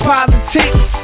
Politics